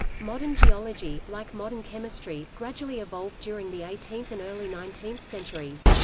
modern geology, like modern chemistry, gradually evolved during the eighteenth and early nineteenth centuries.